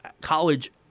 college